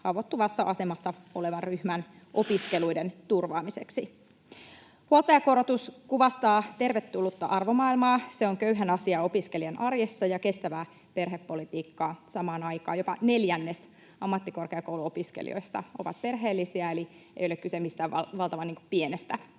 haavoittuvassa asemassa olevan ryhmän opiskeluiden turvaamiseksi. Huoltajakorotus kuvastaa tervetullutta arvomaailmaa. Se on köyhän asiaa opiskelijan arjessa ja kestävää perhepolitiikkaa samaan aikaan. Jopa neljännes ammattikorkeakouluopiskelijoista on perheellisiä, eli ei ole kyse mistään valtavan pienestä